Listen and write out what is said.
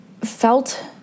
felt